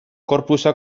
corpusa